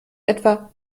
etwa